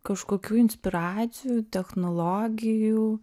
kažkokių inspiracijų technologijų